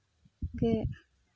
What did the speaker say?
ᱜᱮ